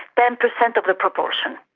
ten percent of the propulsion.